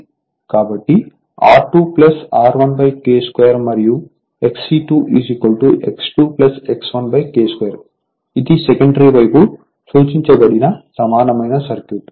కాబట్టి R2 R1k 2 మరియుXE2 X2 X1K 2 ఇది సెకండరీకి వైపు సూచించబడిన సమానమైన సర్క్యూట్